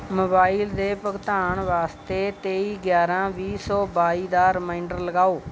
mobile ਦੇ ਭੁਗਤਾਨ ਵਾਸਤੇ ਤੇਈ ਗਿਆਰਾਂ ਵੀਹ ਸੌ ਬਾਈ ਦਾ ਰੀਮਾਇੰਡਰ ਲਗਾਓ